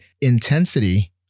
intensity